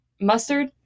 mustard